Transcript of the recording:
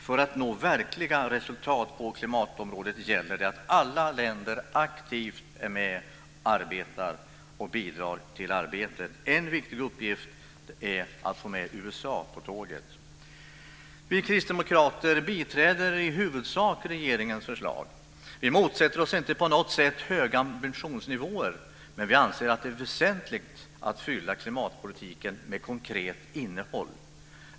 För att nå verkliga resultat på klimatområdet gäller det att alla länder aktivt bidrar till arbetet. En viktig uppgift är att få med USA på tåget. Vi kristdemokrater biträder i huvudsak regeringens förslag. Vi motsätter oss inte på något sätt höga ambitionsnivåer, men vi anser att det är väsentligt att fylla klimatpolitiken med konkret innehåll.